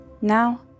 Now